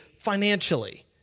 financially